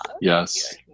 Yes